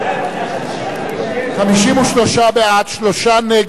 53 בעד, שלושה נגד,